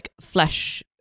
flesh